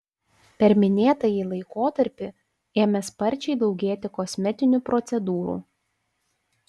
per minėtąjį laikotarpį ėmė sparčiai daugėti kosmetinių procedūrų